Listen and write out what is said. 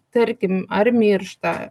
tarkim ar miršta